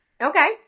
Okay